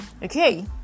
Okay